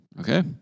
Okay